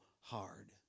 hard